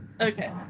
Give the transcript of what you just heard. Okay